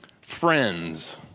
friends